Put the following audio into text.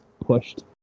pushed